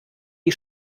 die